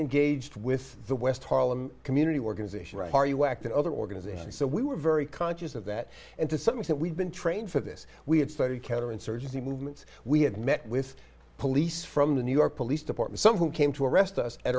engaged with the west harlem community organization that other organizations so we were very conscious of that and to some things that we've been trained for this we had started counterinsurgency movements we had met with police from the new york police department some who came to arrest us at